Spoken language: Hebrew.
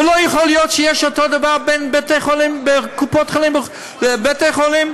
ולא יכול להיות אותו דבר שיש בין קופות חולים לבתי חולים.